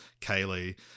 kaylee